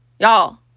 Y'all